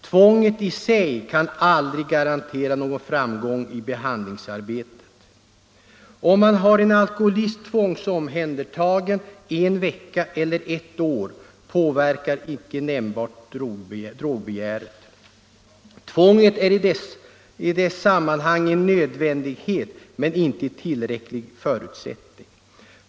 Tvånget i sig kan aldrig garantera någon framgång i behandlingsarbetet: Om man har en alkoholist tvångsomhändertagen en vecka eller ett år påverkar inte nämnvärt drogbegäret. Tvånget är i dessa sammanhang en nödvändighet men inte tillräcklig förutsättning.